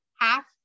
half